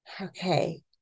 Okay